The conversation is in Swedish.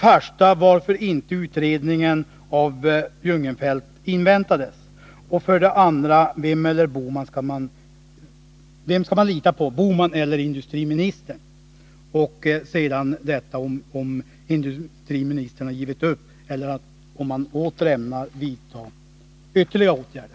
Varför inväntades inte utredningen av Jungenfelt? 2. Vem skall man lita på, Gösta Bohman eller industriministern? 3. Har industriministern givit upp eller ämnar han vidta ytterligare åtgärder?